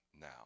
now